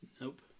Nope